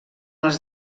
els